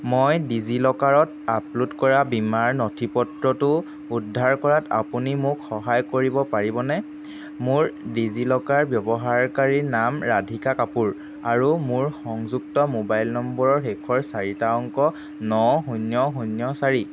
মই ডিজিলকাৰত আপলোড কৰা বীমাৰ নথি পত্ৰটো উদ্ধাৰ কৰাত আপুনি মোক সহায় কৰিব পাৰিবনে মোৰ ডিজিলকাৰ ব্যৱহাৰকাৰী নাম ৰাধিকা কাপুৰ আৰু মোৰ সংযুক্ত মোবাইল নম্বৰৰ শেষৰ চাৰিটা অংক ন শূন্য শূন্য চাৰি